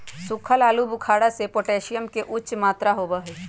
सुखल आलू बुखारा में पोटेशियम के उच्च मात्रा होबा हई